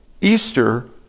Easter